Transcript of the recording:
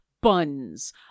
Buns